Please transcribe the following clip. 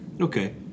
Okay